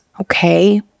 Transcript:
Okay